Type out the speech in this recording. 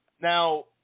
Now